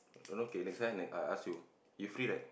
don't know K next one I I ask you you free right